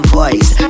voice